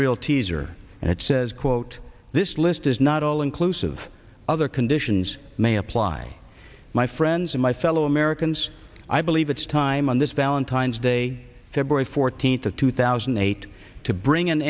real teaser and it says quote this list is not all inclusive other conditions may apply my friends and my fellow americans i believe it's time on this valentine's day february fourteenth of two thousand and eight to bring an